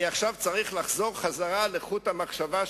לכן, עכשיו אני צריך לחזור אל חוט המחשבה שנותק,